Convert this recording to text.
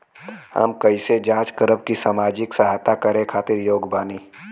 हम कइसे जांच करब की सामाजिक सहायता करे खातिर योग्य बानी?